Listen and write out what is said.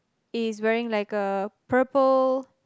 is wearing like a purple